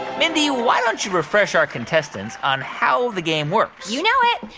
mindy, why don't you refresh our contestants on how the game works? you know it.